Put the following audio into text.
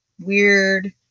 weird